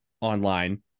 online